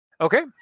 Okay